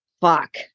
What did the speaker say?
fuck